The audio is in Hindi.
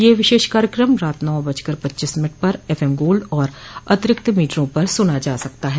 यह विशेष कार्यक्रम रात ना बजकर पच्चीस मिनट पर एफएम गोल्ड और अतिरिक्त मीटरों पर सुना जा सकता है